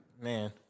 Man